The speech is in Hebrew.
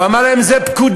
הוא אמר להם: זו פקודה.